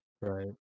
Right